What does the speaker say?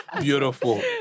Beautiful